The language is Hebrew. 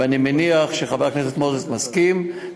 ואני מניח שחבר הכנסת מוזס מסכים.